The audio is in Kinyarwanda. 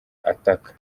ataka